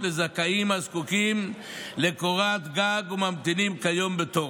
לזכאים הזקוקים לקורת גג וממתינים כיום בתור.